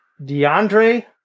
DeAndre